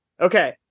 okay